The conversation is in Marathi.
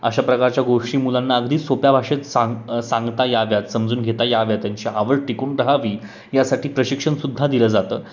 अशा प्रकारच्या गोष्टी मुलांना अगदी सोप्या भाषेत सांग सांगता याव्यात समजून घेता याव्या त्यांची आवड टिकून राहावी यासाठी प्रशिक्षण सुद्धा दिलं जातं